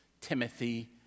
Timothy